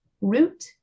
root